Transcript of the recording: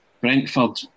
Brentford